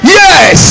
yes